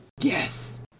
yes